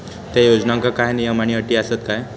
त्या योजनांका काय नियम आणि अटी आसत काय?